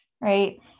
right